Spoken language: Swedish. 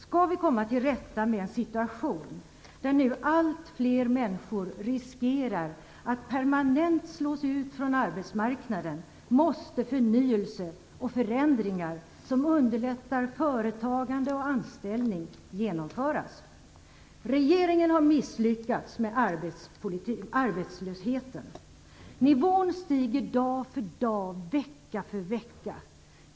Skall vi komma till rätta med en situation där allt fler människor riskerar att permanent slås ut från arbetsmarknaden, måste förnyelse och förändringar genomföras som underlättar företagande och anställning. Regeringen har misslyckats med arbetslösheten. Nivån stiger dag för dag, vecka för vecka.